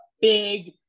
big